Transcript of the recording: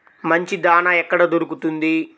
మంచి దాణా ఎక్కడ దొరుకుతుంది?